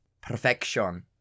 perfection